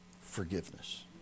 forgiveness